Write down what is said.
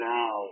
Now